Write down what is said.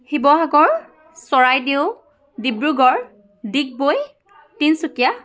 Sivasagar Charaideo Dibrugarh Digboi Tinsukia